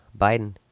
Biden